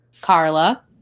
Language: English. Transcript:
Carla